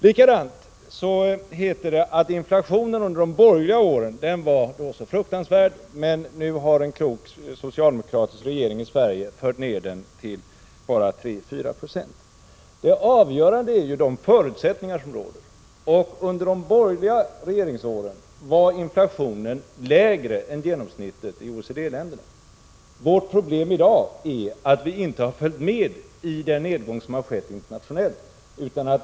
Likaså heter det att inflationen under de borgerliga åren var fruktansvärd men att en klok socialdemokratisk regering i Sverige nu har fört ned den till bara 3-4 96. Det avgörande är dock de förutsättningar som råder. Under de borgerliga regeringsåren var inflationen lägre än genomsnittet i OECD länderna. Vårt problem i dag är att vi inte har följt med i den nedgång som har skett internationellt.